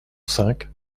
cinq